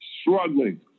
struggling